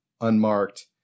unmarked